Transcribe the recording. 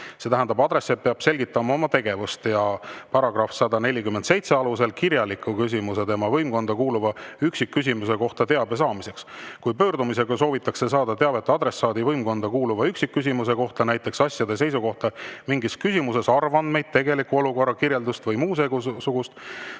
see tähendab, et adressaat peab selgitama oma tegevust –, ja § 147 alusel kirjalik küsimus tema võimkonda kuuluva üksikküsimuse kohta teabe saamiseks. Kui pöördumisega soovitakse saada teavet adressaadi võimkonda kuuluva üksikküsimuse kohta, näiteks asjade seisu kohta mingis küsimuses, arvandmeid, tegeliku olukorra kirjeldust või muusugust,